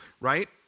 right